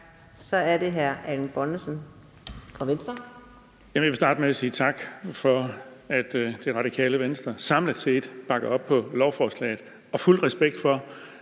Kl. 14:33 Erling Bonnesen (V): Jeg vil starte med at sige tak for, at Radikale Venstre samlet set bakker op om lovforslaget. Jeg har fuld respekt for,